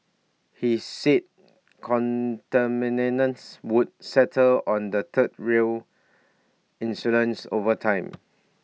he said contaminants would settle on the third rail insulators over time